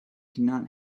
cannot